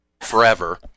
forever